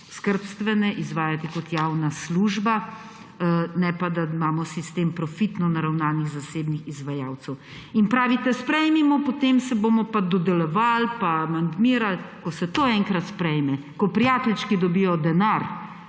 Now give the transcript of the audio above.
institucije izvajati kot javna služba, ne pa da imamo sistem profitno naravnanih zasebnih izvajalcev. In pravite – sprejmimo, potem bomo pa dodelovali in amandmirali. Ko se to enkrat sprejme, ko prijateljčki dobijo denar,